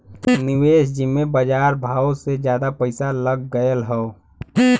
निवेस जिम्मे बजार भावो से जादा पइसा लग गएल हौ